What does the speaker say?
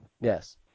Yes